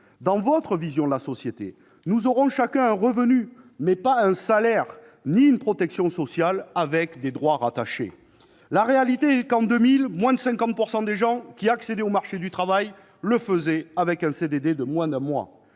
Dans votre vision de la société, nous aurons chacun un revenu, mais pas un salaire ni une protection sociale avec des droits rattachés. La réalité est que la part de personnes qui accédaient au marché du travail avec un CDD de moins d'un mois